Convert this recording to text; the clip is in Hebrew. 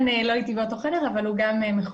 הוא לא אתי בחדר אבל הוא מחובר.